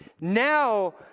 Now